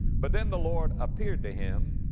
but then the lord appeared to him,